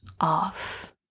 off